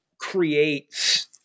creates